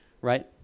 right